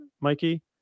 Mikey